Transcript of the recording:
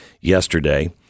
yesterday